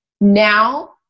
Now